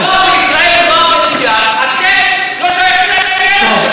אבל אמרנו: הנוער בישראל הוא נוער מצוין,